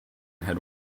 had